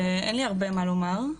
אין לי הרבה מה לומר,